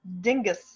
dingus